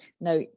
Now